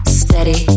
steady